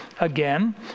again